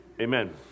Amen